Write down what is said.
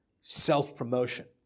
self-promotion